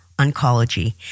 oncology